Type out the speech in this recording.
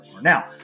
now